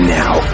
now